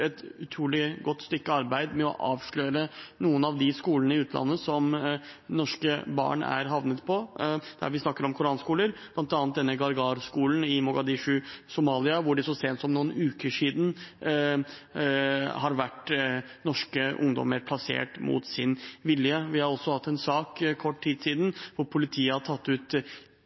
et utrolig godt stykke arbeid med å avsløre noen av skolene i utlandet som norske barn er havnet i – når vi snakker om koranskoler – bl.a. Gargaar-skolen i Mogadishu i Somalia, der det så sent som for noen uker siden har vært norske ungdommer plassert mot sin vilje. Vi har også hatt en sak for kort tid siden der politiet har tatt ut